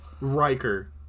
Riker